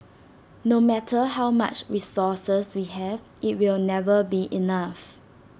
no matter how much resources we have IT will never be enough